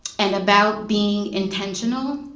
and about being intentional,